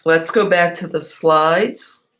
let's go back to the slides.